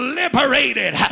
liberated